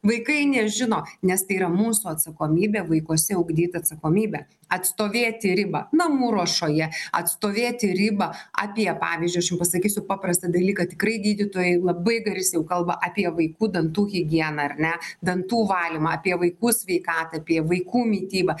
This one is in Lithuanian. vaikai nežino nes tai yra mūsų atsakomybė vaikuose ugdyt atsakomybę atstovėti ribą namų ruošoje atstovėti ribą apie pavyzdžiui aš jum pasakysiu paprastą dalyką tikrai gydytojai labai garsiai jau kalba apie vaikų dantų higieną ar ne dantų valymą apie vaikų sveikatą apie vaikų mitybą